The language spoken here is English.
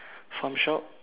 farm shop